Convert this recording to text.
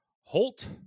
Holt